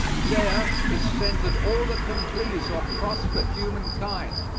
there is centered all that can please or prosper humankind.